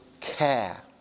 care